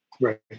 Right